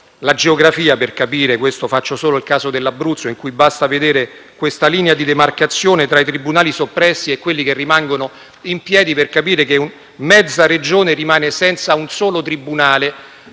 la geografia per capirlo. Cito solo il caso dell'Abruzzo: basta osservare la linea di demarcazione tra i tribunali soppressi e quelli che rimangono in piedi per capire che mezza Regione rimane senza un solo tribunale,